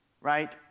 right